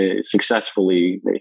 successfully